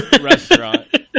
restaurant